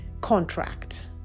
contract